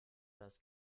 das